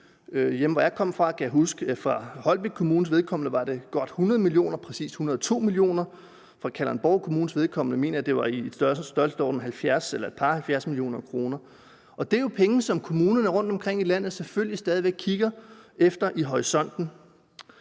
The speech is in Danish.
Der, hvor jeg kommer fra – Holbæk Kommune – kan jeg huske, at det var godt 100 mio. kr., præcis 102 mio. kr. For Kalundborg Kommunes vedkommende mener jeg at det var i størrelsesordenen et par og halvfjerds millioner kroner. Det er jo penge, som kommunerne rundtomkring i landet selvfølgelig stadig væk kigger efter i horisonten.